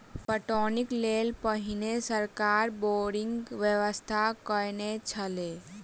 पटौनीक लेल पहिने सरकार बोरिंगक व्यवस्था कयने छलै